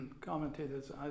commentators